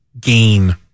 Gain